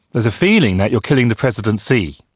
there's a feeling that you are killing the presidency.